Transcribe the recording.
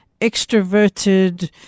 extroverted